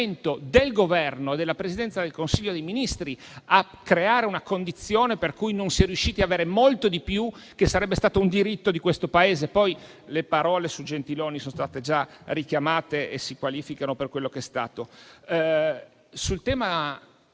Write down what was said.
del Governo e della Presidenza del Consiglio dei ministri a creare una condizione per cui non si è riusciti ad avere molto di più, come invece sarebbe stato diritto di questo Paese. Inoltre, le parole su Gentiloni son state già richiamate e si qualificano per quello che sono state. Sul tema